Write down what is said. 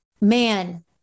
man